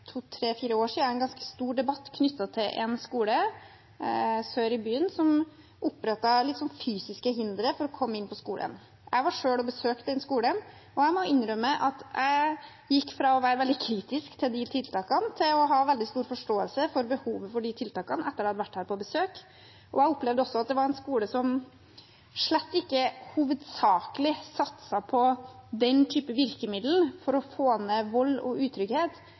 to, tre eller fire år siden en ganske stor debatt knyttet til en skole sør i byen som opprettet noen fysiske hindre for å komme inn på skolen. Jeg var selv og besøkte den skolen, og jeg må innrømme at jeg gikk fra å være veldig kritisk til de tiltakene til å ha veldig stor forståelse for behovet for dem etter at jeg hadde vært der på besøk. Jeg opplevde også at det var en skole som slett ikke hovedsakelig satset på den typen virkemidler for å få ned vold og utrygghet,